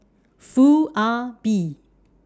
Foo Ah Bee